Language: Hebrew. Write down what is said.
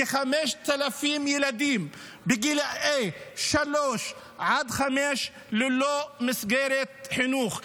כ-5,000 ילדים בגיל שלוש עד חמש ללא מסגרת חינוך.